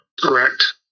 Correct